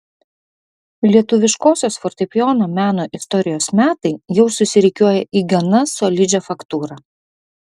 lietuviškosios fortepijono meno istorijos metai jau susirikiuoja į gana solidžią faktūrą